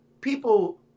people